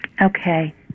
Okay